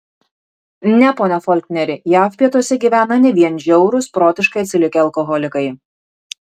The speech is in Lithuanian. ne pone folkneri jav pietuose gyvena ne vien žiaurūs protiškai atsilikę alkoholikai